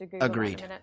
Agreed